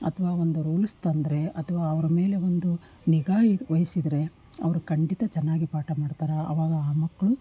ಅಥವಾ ಒಂದು ರೂಲ್ಸ್ ತಂದರೆ ಅಥವಾ ಅವ್ರ ಮೇಲೆ ಒಂದು ನಿಗಾ ಇಡ್ ವಹಿಸಿದರೆ ಅವರು ಖಂಡಿತ ಚೆನ್ನಾಗಿ ಪಾಠ ಮಾಡ್ತಾರೆ ಅವಾಗ ಆ ಮಕ್ಕಳು